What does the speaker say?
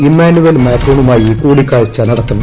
Emmanuel മാക്രോണുമായി കൂടിക്കാഴ്ച നടത്തും